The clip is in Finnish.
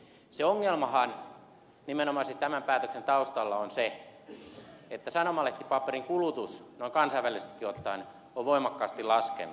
se ongelmahan nimenomaisesti tämän päätöksen taustalla on se että sanomalehtipaperin kulutus noin kansainvälisestikin ottaen on voimakkaasti laskenut